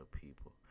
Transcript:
people